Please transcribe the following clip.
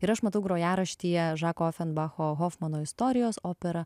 ir aš matau grojaraštyje žako ofenbacho hofmano istorijos opera